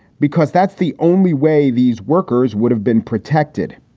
because that's the only way these workers would have been protected.